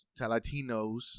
Latinos